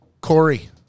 Corey